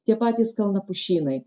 tie patys kalnapušynai